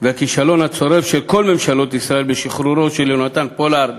ובכישלון הצורב של כל ממשלות ישראל בשחרורו של יונתן פולארד